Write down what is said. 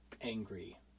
angry